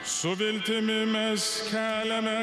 su viltimi mes keliame